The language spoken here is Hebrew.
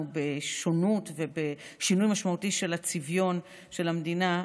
בשונות ובשינוי משמעותי של צביון המדינה,